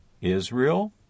Israel